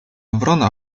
wrona